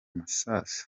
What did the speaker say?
masasu